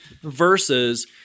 Versus